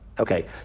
Okay